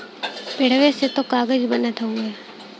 पेड़वे से त कागज बनत हउवे